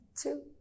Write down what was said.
two